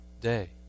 day